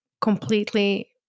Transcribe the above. completely